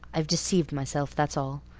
i've deceived myself, that's all.